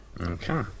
Okay